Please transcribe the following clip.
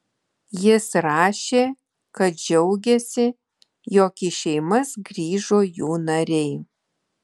jis rašė kad džiaugiasi jog į šeimas grįžo jų nariai